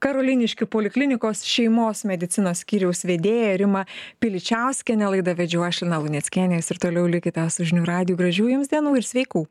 karoliniškių poliklinikos šeimos medicinos skyriaus vedėją rimą piličiauskienę laidą vedžiau aš lina luneckienė jūs ir toliau likite su žinių radiju gražių jums dienų ir sveikų